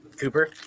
Cooper